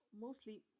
mostly